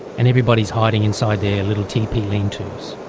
and everybody is hiding inside their little teepee lean-tos.